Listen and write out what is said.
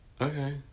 Okay